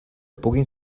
puguin